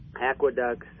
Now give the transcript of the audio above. aqueducts